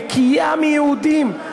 נקייה מיהודים.